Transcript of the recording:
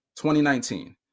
2019